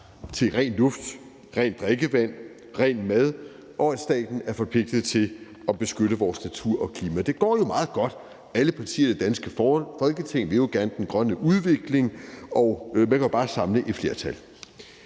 til ren luft, rent drikkevand og ren mad, og at staten er forpligtet til at beskytte vores natur og klima? Det går jo meget godt. Alle partier i det danske Folketing vil jo gerne den grønne udvikling, og man kan jo bare samle et flertal.